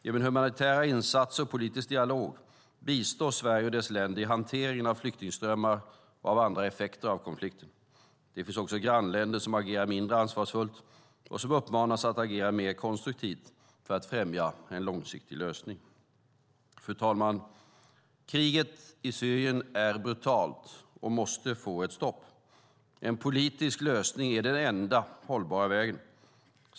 Genom humanitära insatser och politisk dialog bistår Sverige dessa länder i hanteringen av flyktingströmmar och andra effekter av konflikten. Det finns också grannländer som agerar mindre ansvarsfullt och som uppmanas att agera mer konstruktivt för att främja en långsiktig lösning. Fru talman! Kriget i Syrien är brutalt och måste få ett stopp. En politisk lösning är den enda hållbara vägen.